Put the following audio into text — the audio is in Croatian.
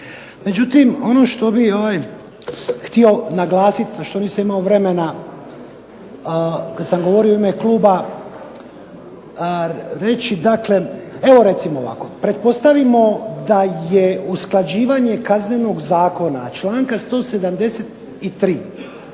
Međutim, ono što bi htio naglasiti, a što nisam imao vremena kad sam govorio u ime kluba reći, dakle evo recimo ovako – pretpostavimo da je usklađivanje Kaznenog zakona, članka 173.